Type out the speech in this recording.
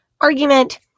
argument